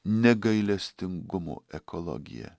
negailestingumo ekologija